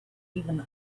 even